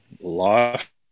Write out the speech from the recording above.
life